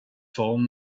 phone